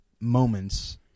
moments